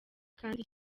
kandi